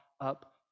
up